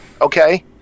Okay